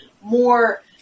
more